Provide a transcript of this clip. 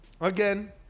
again